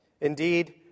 Indeed